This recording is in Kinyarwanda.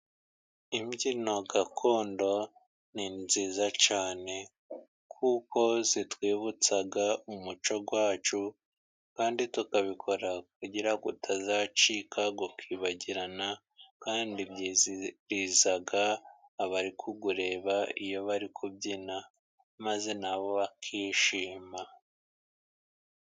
Imbyino gakondo ni nziza cyane, kuko zitwibutsa umuco wacu, kandi tukabikora kugira ngo utazacika, ukibagirana, kandi byizihiza abari kuwureba iyo bari kubyina, maze nabo bakishima.